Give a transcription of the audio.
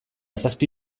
zazpi